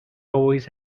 always